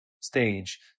stage